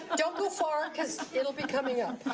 don't go far, because it'll be coming up.